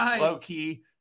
low-key